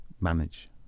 manage